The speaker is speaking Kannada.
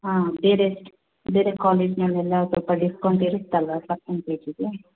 ಹಾಂ ಬೇರೆ ಬೇರೆ ಕಾಲೇಜ್ನಲ್ಲೆಲ್ಲ ಸ್ವಲ್ಪ ಡಿಸ್ಕೌಂಟ್ ಇರುತ್ತಲ್ವಾ ಸೆಕೆಂಡ್ ಪಿ ಯು ಸಿಗೆ